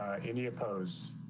any opposed,